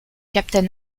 captain